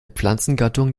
pflanzengattung